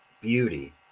beauty